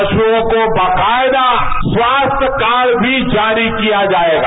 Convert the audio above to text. पश्ओं को बकायदा स्वास्थ्य कार्ड भी जारी किया जायेगा